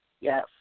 Yes